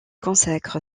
consacre